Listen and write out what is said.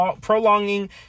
prolonging